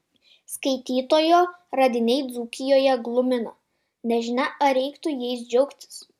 skaitytojo radiniai dzūkijoje glumina nežinia ar reiktų jais džiaugtis